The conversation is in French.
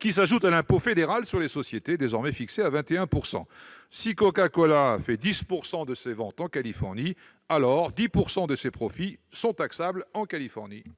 qui s'ajoute à l'impôt fédéral sur les sociétés, désormais fixé à 21 %. Si Coca-Cola réalise 10 % de ses ventes en Californie, alors 10 % de ses profits sont taxables dans cet État.